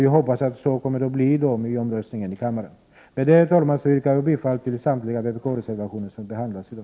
Jag hoppas att det kommer att bli så i och med omröstningen i kammaren. Med detta, herr talman, yrkar jag bifall till samtliga vpk-reservationer i detta betänkande.